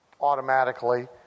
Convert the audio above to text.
Automatically